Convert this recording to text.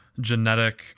genetic